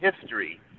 history